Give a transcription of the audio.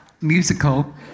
Musical